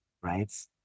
Right